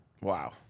Wow